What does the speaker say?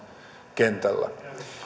kentällä